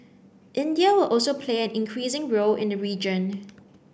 India will also play an increasing role in the region